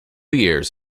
years